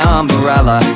umbrella